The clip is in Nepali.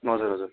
हजुर हजुर